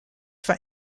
for